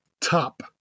top